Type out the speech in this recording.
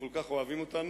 הם כל כך אוהבים אותנו,